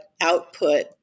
output